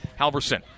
Halverson